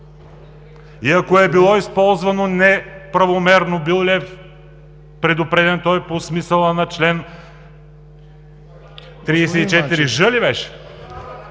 и ако е било използвано неправомерно, бил ли е предупреден той по смисъла на – чл.34ж ли